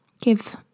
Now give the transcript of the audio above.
Give